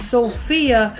Sophia